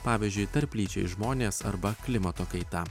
pavyzdžiui tarplyčiai žmonės arba klimato kaita